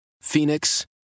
Phoenix